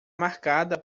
marcada